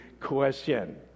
question